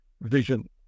vision